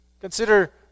Consider